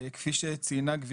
כפי שציינה גברתי,